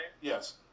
Yes